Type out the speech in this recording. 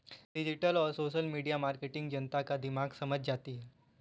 digital और social media marketing जनता का दिमाग समझ जाती है